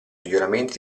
miglioramenti